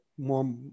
more